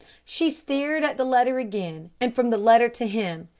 she stared at the letter again and from the letter to him.